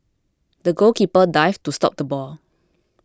the goalkeeper dived to stop the ball